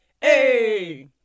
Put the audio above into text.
Hey